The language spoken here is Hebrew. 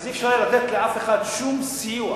אז אי-אפשר היה לתת לאף אחד שום סיוע,